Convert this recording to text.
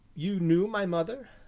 you knew my mother?